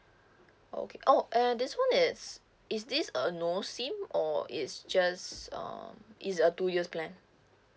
okay oh and this [one] is is this a no SIM or it's just um it's a two years plan